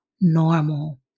normal